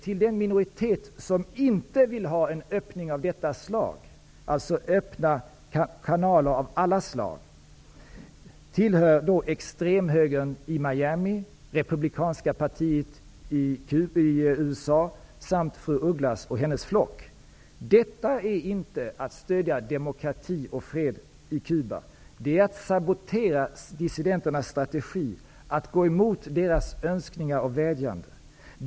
Till den minoritet som inte vill ha en sådan öppning -- alltså öppna kanaler av alla slag -- tillhör extremhögern i Miami, republikanska partiet i USA samt fru Ugglas flock. Detta är inte att stödja demokrati och fred på Cuba. Det är att sabotera dissidenternas strategi om man går emot deras önskningar och vädjanden.